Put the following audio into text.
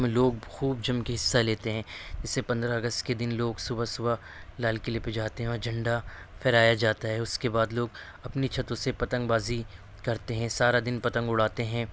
لوگ خوب جم کے حصہ لیتے ہیں جیسے پندرہ اگست کے دن لوگ صبح صبح لال قلعے پہ جاتے ہیں اور جھنڈا پھہرایا جاتا ہے اس کے بعد لوگ اپنی چھتوں سے پتنگ بازی کرتے ہیں سارا دن پتنگ اڑاتے ہیں